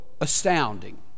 astounding